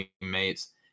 teammates